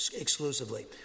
exclusively